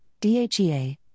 DHEA